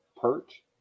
perch